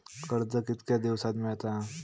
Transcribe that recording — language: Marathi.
कर्ज कितक्या दिवसात मेळता?